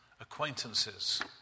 acquaintances